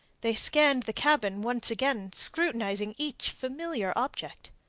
they scanned the cabin once again, scrutinizing each familiar object.